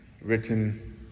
written